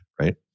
right